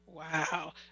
Wow